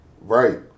Right